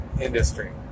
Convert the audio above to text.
industry